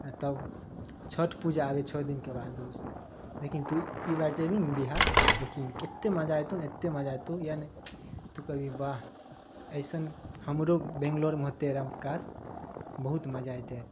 आ तब छठि पूजा आबै है छओ दिनके बाद दोस्त लेकिन तू ई बार जेबही ने बिहार देखियहिन केते मजा एतौ ने एते मजा एतौ ने यानी तू कहबी वाह अइसन हमरो बैंगलोरमे होतै रहए कास बहुत मजा एते